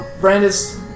Brandis